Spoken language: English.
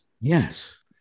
yes